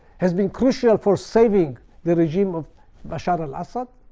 has been crucial for saving the regime of bashar al-assad,